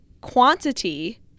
quantity